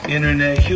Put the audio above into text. Internet